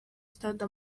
stade